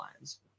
lines